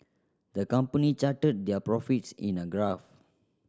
the company charted their profits in a graph